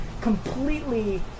completely